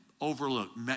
overlooked